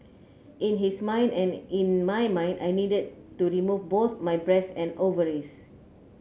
in his mind and in my mind I needed to remove both my breasts and ovaries